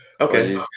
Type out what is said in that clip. Okay